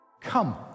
Come